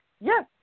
Yes